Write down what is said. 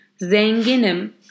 zenginim